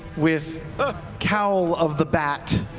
with cowl of the bat,